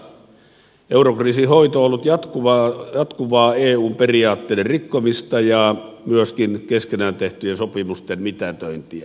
eurokriisin hoito on ollut jatkuvaa eun periaatteiden rikkomista ja myöskin keskenään tehtyjen sopimusten mitätöintiä